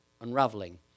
unraveling